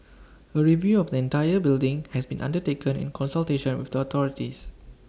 A review of the entire building has been undertaken in consultation with the authorities